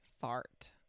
fart